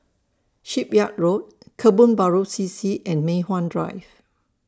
Shipyard Road Kebun Baru C C and Mei Hwan Drive